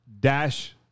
dash